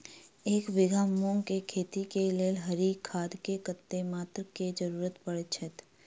एक बीघा मूंग केँ खेती केँ लेल हरी खाद केँ कत्ते मात्रा केँ जरूरत पड़तै अछि?